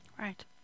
Right